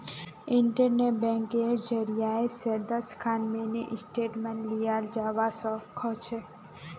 internet बैंकिंगेर जरियई स दस खन मिनी स्टेटमेंटक लियाल जबा स ख छ